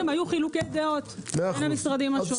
היו חילוקי דעות בין המשרדים השונים.